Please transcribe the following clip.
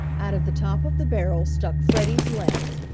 out of the top of the barrel stuck freddie's legs,